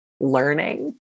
learning